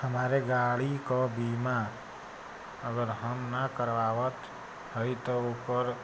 हमरे गाड़ी क बीमा अगर हम ना करावत हई त ओकर